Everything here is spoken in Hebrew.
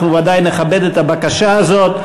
אנחנו בוודאי נכבד את הבקשה הזאת.